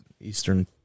eastern